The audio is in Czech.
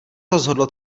rozhodlo